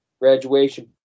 graduation